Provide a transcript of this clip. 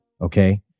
Okay